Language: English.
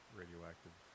radioactive